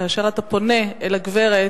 כאשר אתה פונה אל הגברת,